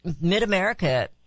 mid-America